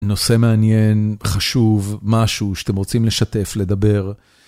נושא מעניין, חשוב, משהו שאתם רוצים לשתף, לדבר.